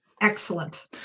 Excellent